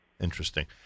Interesting